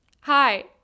hi